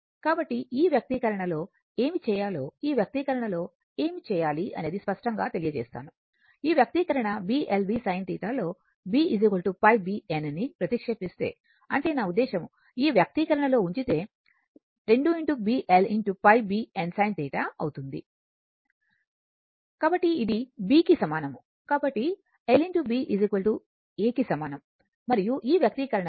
కాబట్టి ఈ వ్యక్తీకరణ లో ఏమి చేయాలో ఈ వ్యక్తీకరణ లో ఏమి చేయాలి అని స్పష్టంగా తెలియజేస్తాను ఈ వ్యక్తీకరణ Bl v sin θ లో b π bn ని ప్రతిక్షేపిస్తే అంటే నా ఉద్దేశ్యం ఈ వ్యక్తీకరణ లో ఉంచితే 2 Bl π bn sin θ అవుతుంది కాబట్టి అది B కి సమానం కాబట్టి l x b A కి సమానం మరియు ఈ వ్యక్తీకరణలో ఉంచండి